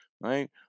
right